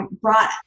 brought